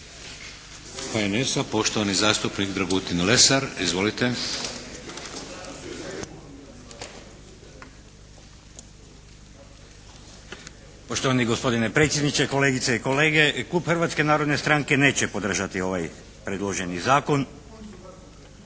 HNS-a poštovani zastupnik Dragutin Lesar. Izvolite. **Lesar, Dragutin (HNS)** Poštovani gospodine predsjedniče, kolegice i kolege. Klub Hrvatske narodne stranke neće podržati ovaj predloženi zakon